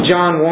John